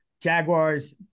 Jaguars